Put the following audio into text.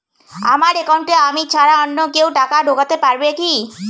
আমার একাউন্টে আমি ছাড়া অন্য কেউ টাকা ঢোকাতে পারবে কি?